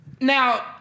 Now